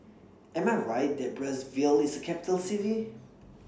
Am I Right that Brazzaville IS A Capital City